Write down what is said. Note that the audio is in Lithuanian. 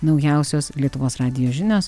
naujausios lietuvos radijo žinios